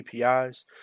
APIs